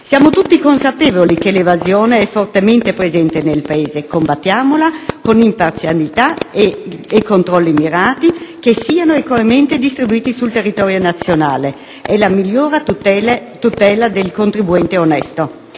Siamo tutti consapevoli del fatto che l'evasione è fortemente presente nel Paese: combattiamola con imparzialità e controlli mirati che siano equamente distribuiti sul territorio nazionale: è la migliore tutela del contribuente onesto.